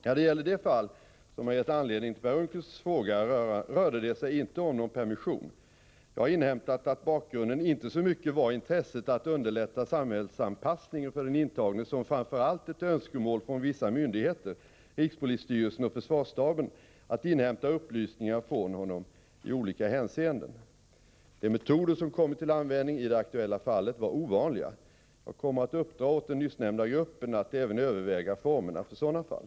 När det gäller det fall som har gett anledning till Per Unckels fråga rörde det sig inte om någon permission. Jag har inhämtat att bakgrunden inte så mycket var intresset att underlätta samhällsanpassningen för den intagne som framför allt ett önskemål från vissa myndigheter — rikspolisstyrelsen och försvarsstaben — att inhämta upplysningar från honom i olika hänseenden. De metoder som kommit till användning i det aktuella fallet var ovanliga. Jag kommer att uppdra åt den nyssnämnda gruppen att även överväga formerna för sådana fall.